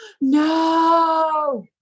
No